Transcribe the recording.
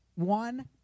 One